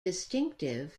distinctive